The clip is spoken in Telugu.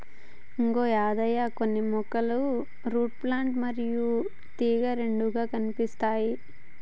ఇగో యాదయ్య కొన్ని మొక్కలు రూట్ ప్లాంట్ మరియు తీగ రెండుగా కనిపిస్తాయి